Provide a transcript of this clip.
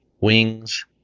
wings